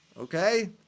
Okay